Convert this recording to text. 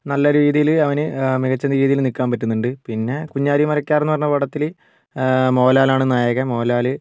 നല്ല രീതിയിൽ അവൻ മികച്ച രീതിയിൽ നിൽക്കാൻ പറ്റുന്നുണ്ട് പിന്നെ കുഞ്ഞാലി മരക്കാർ എന്നു പറഞ്ഞ പടത്തിൽ മോഹൻലാലാണ് നായകൻ മോഹൻലാൽ